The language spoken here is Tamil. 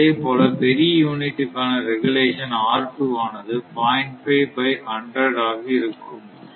அதேபோல பெரிய யூனிட்டுக்கான ரெகுலேஷன் ஆனது 0